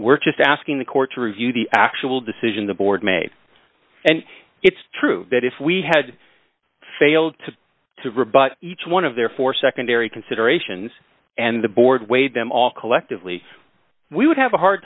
we're just asking the court to review the actual decision the board made and it's true that if we had failed to to rebut each one of their four secondary considerations and the board weighed them all collectively we would have a hard